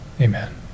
amen